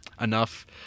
enough